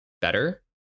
better